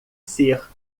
ser